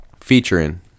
featuring